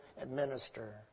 Administer